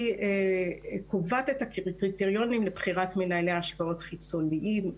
היא קובעת את הקריטריונים לבחירת מנהלי השקעות חיצוניים,